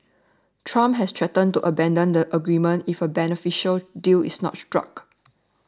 trump has threatened to abandon the agreement if a beneficial deal is not struck